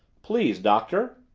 please, doctor!